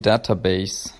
database